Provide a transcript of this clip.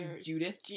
Judith